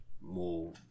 more